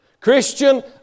Christian